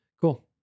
Cool